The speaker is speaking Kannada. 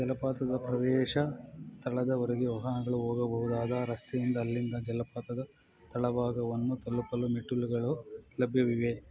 ಜಲಪಾತದ ಪ್ರವೇಶ ಸ್ಥಳದವರೆಗೆ ವಾಹನಗಳು ಹೋಗಬಹುದಾದ ರಸ್ತೆಯಿಂದ ಅಲ್ಲಿಂದ ಜಲಪಾತದ ತಳಭಾಗವನ್ನು ತಲುಪಲು ಮೆಟ್ಟಿಲುಗಳು ಲಭ್ಯವಿವೆ